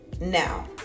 Now